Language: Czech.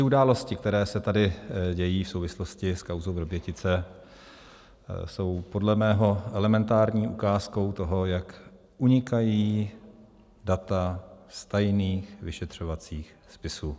Události, které se tady dějí v souvislosti s kauzou Vrbětice, jsou podle mého elementární ukázkou toho, jak unikají data z tajných vyšetřovacích spisů.